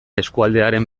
eskualdearen